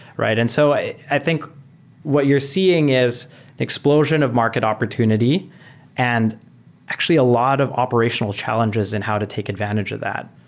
and so i i think what you're seeing is explosion of market opportunity and actually a lot of operational challenges and how to take advantage of that.